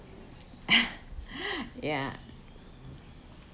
ya